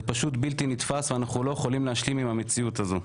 זה פשוט בלתי נתפס ואנחנו לא יכולים להשלים עם המציאות הזאת.